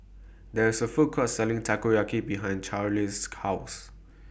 There IS A Food Court Selling Takoyaki behind Cali's House